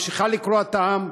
ממשיכה לקרוע את העם.